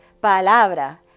palabra